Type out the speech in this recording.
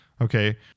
Okay